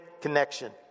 connection